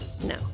No